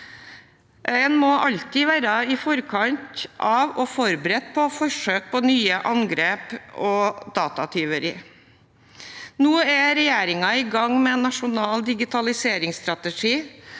En må alltid være i forkant av og forberedt på forsøk på nye angrep og datatyveri. Nå er regjeringen i gang med en nasjonal digitaliseringsstrategi,